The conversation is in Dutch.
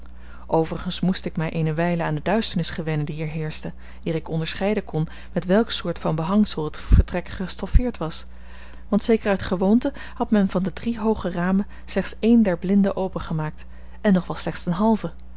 overigens moest ik mij eene wijle aan de duisternis gewennen die er heerschte eer ik onderscheiden kon met welke soort van behangsel het vertrek gestoffeerd was want zeker uit gewoonte had men van de drie hooge ramen slechts een der blinden opengemaakt en nog wel slechts ten halve